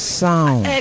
sound